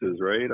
right